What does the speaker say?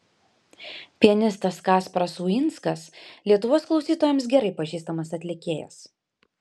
pianistas kasparas uinskas lietuvos klausytojams gerai pažįstamas atlikėjas